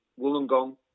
Wollongong